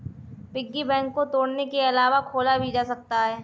piggy bank को तोड़ने के अलावा खोला भी जा सकता है